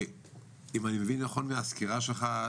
אם אני מבין נכון מהסקירה שלך,